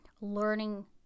learning